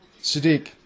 Sadiq